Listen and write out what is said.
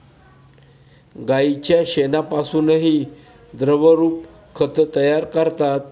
गाईच्या शेणापासूनही द्रवरूप खत तयार करतात